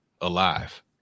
alive